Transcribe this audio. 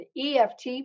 EFT